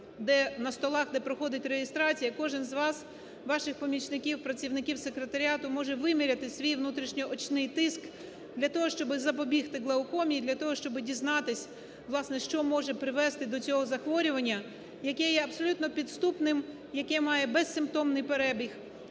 на столах, де проходить реєстрація кожен з вас, ваших помічників, працівників секретаріату може виміряти свій внутрішньоочний тиск для того, щоб запобігти глаукомі і для того, щоб дізнатись, власне, що може привести до цього захворювання, яке є абсолютно підступним, яке має безсимптомний перебіг